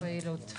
לפעילות.